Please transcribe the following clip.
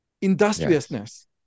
industriousness